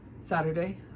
Saturday